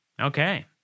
Okay